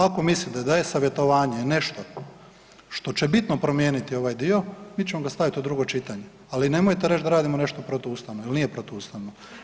Ako mislite da je e-savjetovanje nešto što će bitno promijeniti ovaj dio, mi ćemo ga staviti u drugo čitanje, ali nemojte reći da radimo nešto protuustavno jel nije protuustavno.